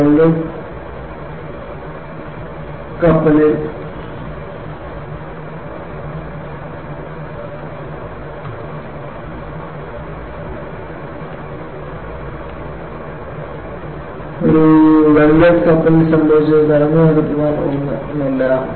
ഒരു വെൽഡഡ് കപ്പലിൽ സംഭവിച്ചത് തടഞ്ഞുനിർത്താൻ ഒന്നുമില്ല